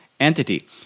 entity